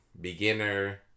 Beginner